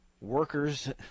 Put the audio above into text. workers